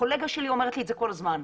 קולגה שלי אומרת לי את זה כל הזמן.